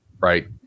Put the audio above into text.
right